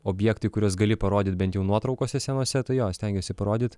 objektai kuriuos gali parodyt bent jau nuotraukose senose tai jo stengiuosi parodyt